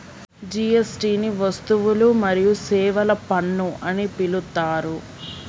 GST ని వస్తువులు మరియు సేవల పన్ను అని పిలుత్తారు